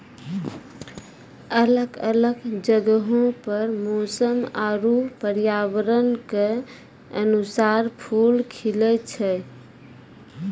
अलग अलग जगहो पर मौसम आरु पर्यावरण क अनुसार फूल खिलए छै